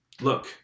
Look